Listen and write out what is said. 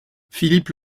philippe